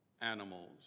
animals